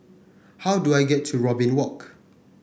how do I get to Robin Walk